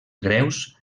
greus